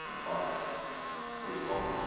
problem is gone.